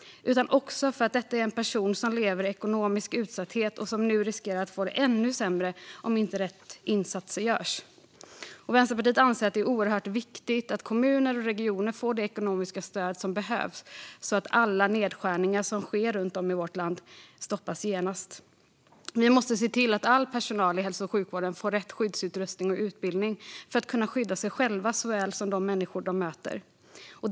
Det beror också på att detta är en grupp personer som lever i ekonomisk utsatthet och nu riskerar att få det ännu sämre om inte rätt insatser görs. Vänsterpartiet anser att det är oerhört viktigt att kommuner och regioner får det ekonomiska stöd som behövs och att alla nedskärningar som sker runt om i vårt land genast stoppas. Vi måste se till att all personal i hälso och sjukvården får rätt skyddsutrustning och utbildning för att kunna skydda sig själva såväl som de människor de möter.